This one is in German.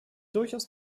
durchaus